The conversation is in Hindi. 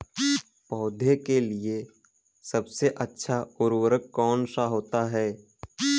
पौधे के लिए सबसे अच्छा उर्वरक कौन सा होता है?